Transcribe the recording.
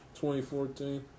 2014